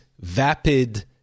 vapid